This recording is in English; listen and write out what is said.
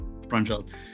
Pranjal